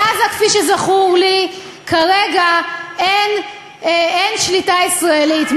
בעזה, כפי שזכור לי, כרגע אין שליטה ישראלית.